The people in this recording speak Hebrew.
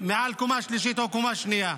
מעל קומה שלישית או הקומה השנייה.